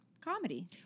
comedy